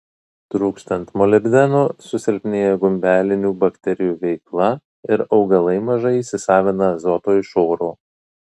trūkstant molibdeno susilpnėja gumbelinių bakterijų veikla ir augalai mažai įsisavina azoto iš oro